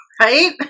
Right